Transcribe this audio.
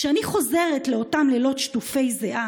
כשאני חוזרת לאותם לילות שטופי זיעה,